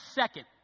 second